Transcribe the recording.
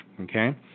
okay